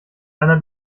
einer